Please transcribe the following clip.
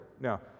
Now